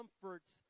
comforts